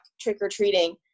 trick-or-treating